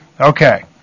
Okay